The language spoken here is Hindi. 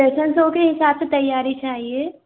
फैशन शो के हिसाब से तैयारी चाहिए